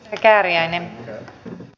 arvoisa puhemies